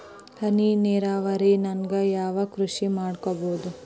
ಹನಿ ನೇರಾವರಿ ನಾಗ್ ಯಾವ್ ಕೃಷಿ ಮಾಡ್ಬೋದು?